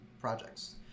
projects